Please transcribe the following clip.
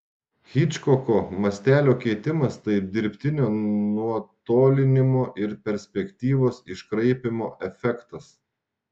hičkoko mastelio keitimas tai dirbtinio nutolinimo ir perspektyvos iškraipymo efektas